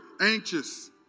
anxious